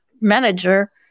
manager